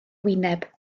wyneb